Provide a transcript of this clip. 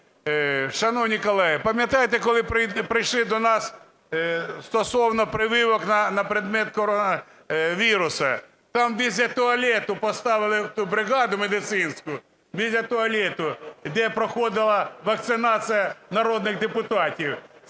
шановні колеги, пам'ятаєте, коли прийшли до нас стосовно прививок на предмет коронавірусу, там біля туалету поставили ту бригаду медицинскую, біля туалету, де проходила вакцинація народних депутатів,